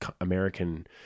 American